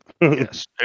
Yes